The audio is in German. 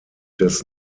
des